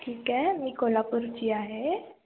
ठीक आहे मी कोल्हापूरची आहे